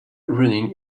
running